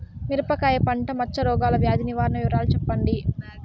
మిరపకాయ పంట మచ్చ రోగాల వ్యాధి నివారణ వివరాలు చెప్పండి?